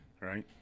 Right